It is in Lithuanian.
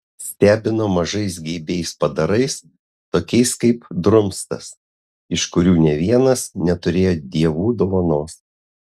stebino mažais geibiais padarais tokiais kaip drumstas iš kurių nė vienas neturėjo dievų dovanos